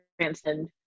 transcend